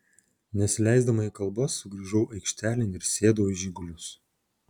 nesileisdama į kalbas sugrįžau aikštelėn ir sėdau į žigulius